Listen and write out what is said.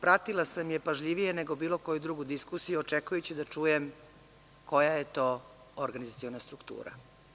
Pratila sam je pažljivije nego bilo koju drugu diskusiju, očekujući da čujem koja je to organizaciona struktura.